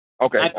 Okay